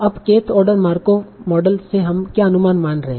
अब kth order Markov model से हम क्या अनुमान मान रहे है